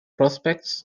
prospects